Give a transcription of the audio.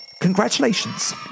congratulations